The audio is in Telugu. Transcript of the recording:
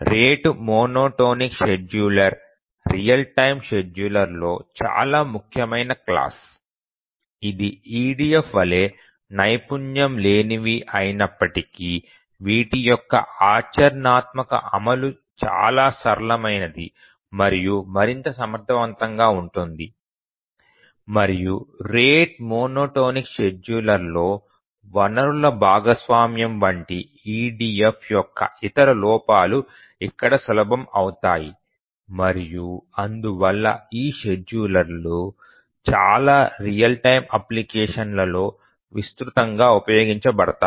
రేటు మోనోటోనిక్ షెడ్యూలర్లు రియల్ టైమ్ షెడ్యూలర్లలో చాలా ముఖ్యమైన క్లాస్ ఇవి EDF వలె నైపుణ్యం లేనివి అయినప్పటికీ వీటి యొక్క ఆచరణాత్మక అమలు చాలా సరళమైనది మరియు మరింత సమర్థవంతంగా ఉంటుంది మరియు రేటు మోనోటోనిక్ షెడ్యూలర్లో వనరుల భాగస్వామ్యం వంటి EDF యొక్క ఇతర లోపాలు ఇక్కడ సులభం అవుతాయి మరియు అందువల్ల ఈ షెడ్యూలర్లు చాలా రియల్ టైమ్ అప్లికేషన్లలో విస్తృతంగా ఉపయోగించబడతాయి